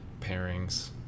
pairings